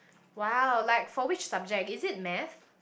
!wow! like for which subject is it math